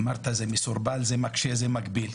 אמרת שזה מסורבל, זה מקשה, זה מגביל.